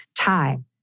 time